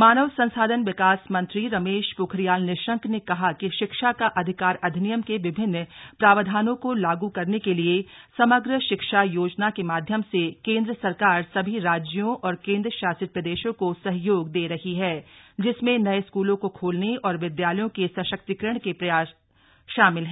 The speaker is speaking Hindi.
मानव संसाधन विकास मंत्री रमेश पोखरियाल निशंक ने कहा कि शिक्षा का अधिकार अधिनियम के विभिन्न प्रावधानों को लागू करने के लिए समग्र शिक्षा योजना के माध्यम से केन्द्र सरकार सभी राज्यों और केन्द्र शासित प्रदेशों को सहयोग दे रही है जिसमें नये स्कूलों को खोलने और विद्यालयों के सशक्तिकरण के प्रयास शामिल हैं